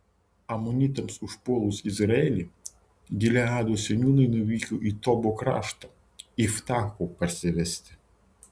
amonitams užpuolus izraelį gileado seniūnai nuvyko į tobo kraštą iftacho parsivesti